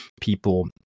people